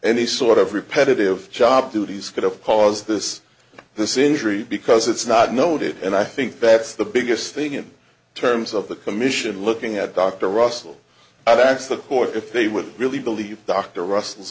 any sort of repetitive job duties could have caused this this injury because it's not noted and i think that's the biggest thing in terms of the commission looking at dr russell i've asked the court if they would really believe dr russell's